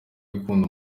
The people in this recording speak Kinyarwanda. ukunda